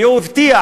והוא הבטיח